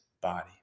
body